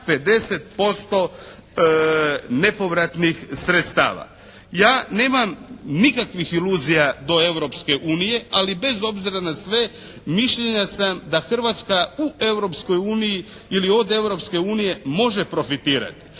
50% nepovratnih sredstava. Ja nemam nikakvih iluzija do Europske unije, ali bez obzira na sve mišljenja sam da Hrvatska u Europskoj uniji ili